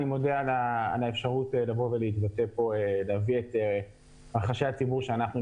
אני מודה על האפשרות להתבטא כאן ולהביע את רחשי הציבור שאנחנו,